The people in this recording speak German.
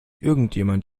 irgendjemand